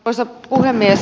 arvoisa puhemies